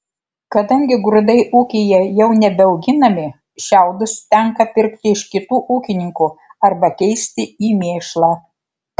kadangi grūdai ūkyje jau nebeauginami šiaudus tenka pirkti iš kitų ūkininkų arba keisti į mėšlą